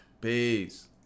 peace